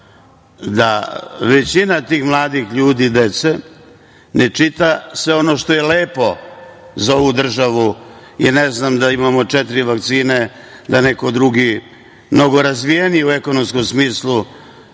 Većina tih mladih ljudi, dece, ne čita sve ono što je lepo za ovu državu, i da imamo četiri vakcine, da neko drugi mnogo razvijeniji u ekonomskom smislu